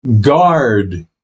guard